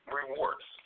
rewards